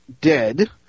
dead